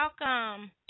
Welcome